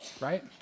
right